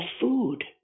food